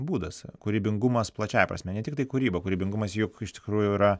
būdas kūrybingumas plačiąja prasme ne tiktai kūryba kūrybingumas juk iš tikrųjų yra